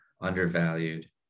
undervalued